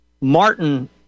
Martin